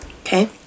Okay